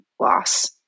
loss